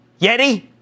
Yeti